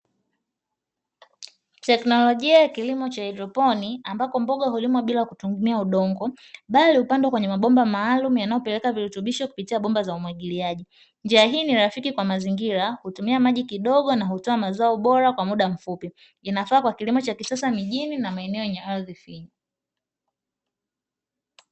Teknolojia ya kilimo cha haidroponi ambako mboga hulimwa bila kutumia udongo, bali hupandwa kwenye mabomba maalumu yanayopeleka virutubishi kupitia bomba za umwagiliaji. Njia hii ni rafiki kwa mazingira hutumia maji kidogo na hutoa mazao bora kwa muda mfupi, inafaa kwa kilimo cha kisasa mijini na maeneo yenye ardhi finyu.